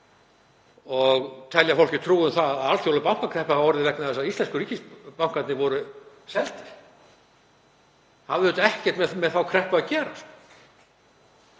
og telja fólki trú um að alþjóðleg bankakreppa hafi orðið vegna þess að íslensku ríkisbankarnir voru seldir. Það hafði ekkert með þá kreppu að gera.